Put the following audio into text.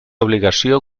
obligació